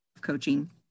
Coaching